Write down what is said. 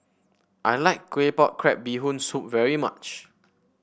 I like Claypot Crab Bee Hoon Soup very much